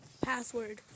Password